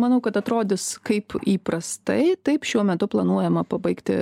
manau kad atrodys kaip įprastai taip šiuo metu planuojama pabaigti